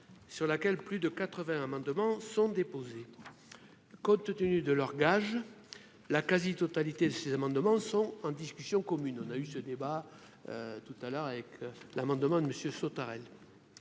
sur laquelle plus de 80 amendements sont déposés, compte tenu de leur gage la quasi-totalité de ces amendements sont en discussion commune, on a eu ce débat tout à l'heure avec l'amendement de Monsieur Sautarel en